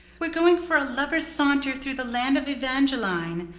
we're going for a lovers' saunter through the land of evangeline,